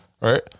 right